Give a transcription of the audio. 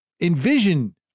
envision